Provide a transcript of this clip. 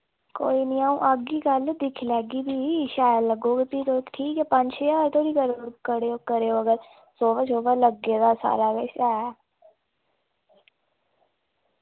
कोई नी आऊं आगी कल दिक्खी लैगी फ्ही शैल लग्गोग फ्ही तुस ठीक ऐ पंज छे ज्हार तोड़ी करूड़ो करयो करयो अगर सोफा शोफा लग्गे दा सारा किश है